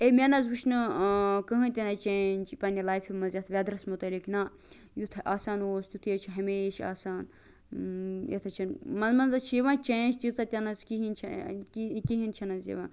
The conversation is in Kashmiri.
اے مےٚ نہ حظ وچھ نہٕ کٕہٕنۍ تہ نہ چینٛج پَننہِ لایفہِ مَنٛذ یتھ ویٚدرَس مُتعلِق نہ یتھ آسان اوس تیُتھے حظ چھُ ہمیش آسان یتھ حظ چھن مَنٛز مَنٛز حظ چھ یِوان چینٛج تۭژاہ تہ نہٕ حظ کِہیٖنۍ کِہیٖنۍ چھِ نہٕ حظ یِوان